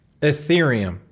Ethereum